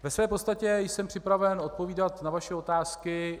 Ve své podstatě jsem připraven odpovídat na vaše otázky.